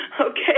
Okay